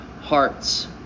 hearts